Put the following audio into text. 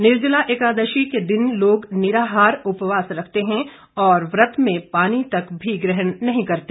निर्जला एकादशी के दिन लोग निराहार उपवास रखते हैं और व्रत में पानी तक भी ग्रहण नहीं करते